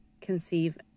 conceive